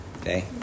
Okay